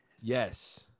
Yes